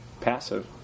Passive